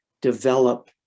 develop